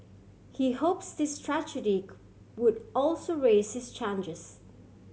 he hopes this strategy would also raise his chances